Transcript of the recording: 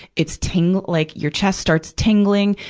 it's tingl, like, your chest starts tingling,